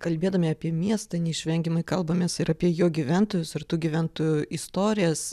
kalbėdami apie miestą neišvengiamai kalbamės ir apie jo gyventojus ir tų gyventojų istorijas